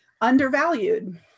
undervalued